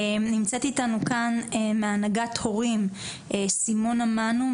נמצאת אתנו כאן מהנהגת הורים סימונה מנו,